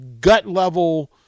gut-level